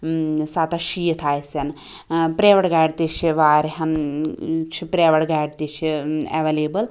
سَتَتھ شیٖتھ آسیٚن ٲں پرٛایویٹ گاڑِ تہِ چھِ واریاہَن چھِ پرٛایویٹ گاڑِ تہِ چھِ ایٚولیبٕل